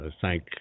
thank